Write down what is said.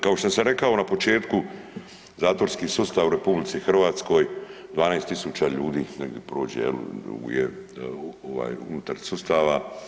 Kao što sam rekao na početku zatvorski sustav u RH 12000 ljudi negdje prođe unutar sustava.